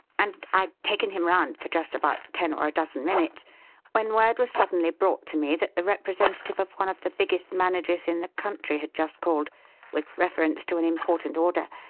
and i'd taken him round for just about ten or a dozen minutes when word was suddenly brought to me that the representative of one of the biggest managers in the country had just called with reference to an important order,